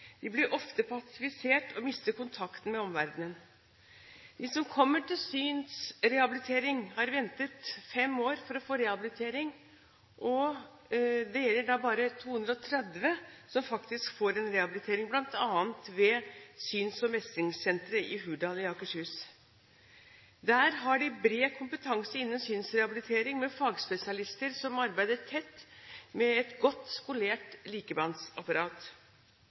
de blir ofte pasifisert og mister kontakten med omverdenen. De som kommer til synsrehabilitering, har ventet fem år for å få rehabilitering – og det gjelder bare de 230 som faktisk får rehabilitering, bl.a. ved syns- og mestringssenteret i Hurdal i Akershus. Der har de bred kompetanse innen synsrehabilitering, med fagspesialister som arbeider tett med et godt skolert likemannsapparat.